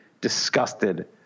disgusted